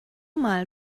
mal